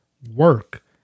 work